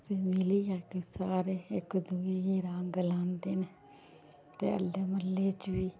फिर मिलियै ते सारे इक दुए गी रंग लांदे न ते अल्ले म्हल्ले च बी